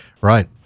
Right